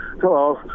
Hello